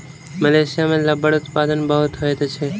Malaysia में रबड़ उत्पादन बहुत होइत अछि